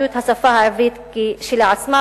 השפה העברית, כפי שאמרתי, כשלעצמה.